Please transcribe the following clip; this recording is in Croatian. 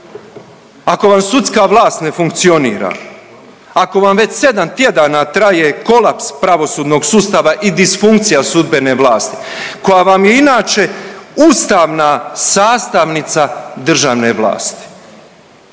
ako vam sudska vlast ne funkcionira, ako vam već 7 tjedana traje kolaps pravosudnog sustava i disfunkcija sudbene vlasti koja vam je inače ustavna sastavnica državne vlasti.